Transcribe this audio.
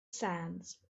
sands